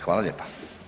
Hvala lijepa.